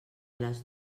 les